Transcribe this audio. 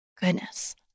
Goodness